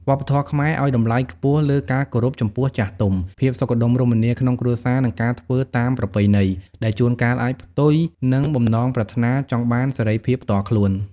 វប្បធម៌ខ្មែរឲ្យតម្លៃខ្ពស់លើការគោរពចំពោះចាស់ទុំ ភាពសុខដុមរមនាក្នុងគ្រួសារ និងការធ្វើតាមប្រពៃណី ដែលជួនកាលអាចផ្ទុយនឹងបំណងប្រាថ្នាចង់បានសេរីភាពផ្ទាល់ខ្លួន។